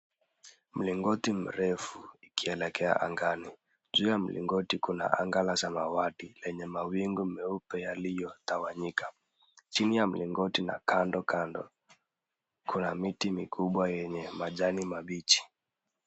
Mlingoti mrefu ikielekea angani. Juu ya mlingoti kuna anga la samawati lenye mawingu meupe yaliyotawanyika. Chini ya mlingoti na kando kando, kuna miti mikubwa yenye majani mabichi.